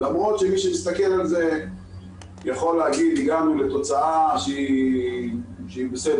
למרות שמי שמסתכל על זה יכול להגיד שהגענו לתוצאה שהיא בסדר.